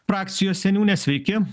frakcijos seniūnė sveiki